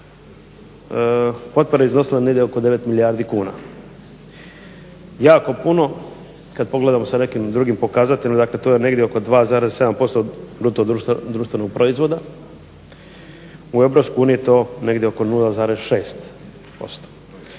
potpore iznosile negdje oko 9 milijardi kuna. Jako puno kada pogledamo sa nekim drugim pokazateljima to je negdje oko 2,7% BDP-a, u EU je to negdje oko 0,6%.